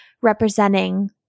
representing